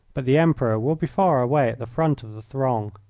but the emperor will be far away at the front of the throng.